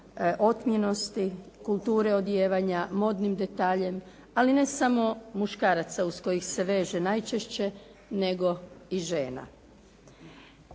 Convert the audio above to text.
otmjenosti, kulture odijevanja, modnim detaljem, ali ne samo muškaraca uz kojih se veže najčešće, nego i žena.